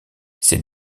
ces